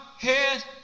head